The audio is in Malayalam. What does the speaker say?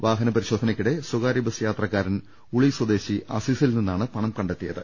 വാഹന പരിശോധനയ്ക്കിടെ സ്വകാര്യബസ് യാത്രക്കാരൻ ഉളി സ്വദേശി അസീസിൽ നിന്നാണ് പണം കണ്ടെ ത്തിയത്